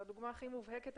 זו דוגמה מובהקת,